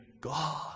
God